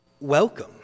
welcome